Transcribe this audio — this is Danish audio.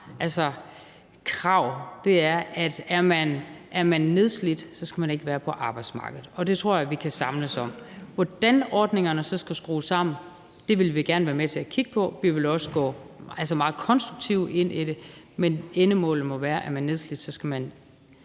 klare krav er, at er man nedslidt, skal man ikke være på arbejdsmarkedet, og det tror jeg at vi kan samles om. Hvordan ordningerne så skal skrues sammen, vil vi gerne være med til at kigge på, og vi vil også gå meget konstruktivt ind i det. Men endemålet må være, at er man nedslidt, skal man